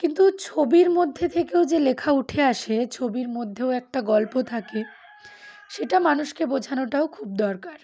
কিন্তু ছবির মধ্যে থেকেও যে লেখা উঠে আসে ছবির মধ্যেও একটা গল্প থাকে সেটা মানুষকে বোঝানোটাও খুব দরকার